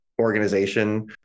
organization